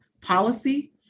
policy